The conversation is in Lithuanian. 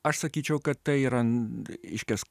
aš sakyčiau kad tai yra reiškias